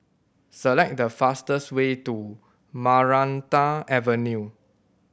select the fastest way to Maranta Avenue